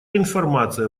информация